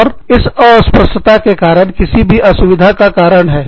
और इस अस्पष्टता के कारण किसी भी असुविधा का कारण है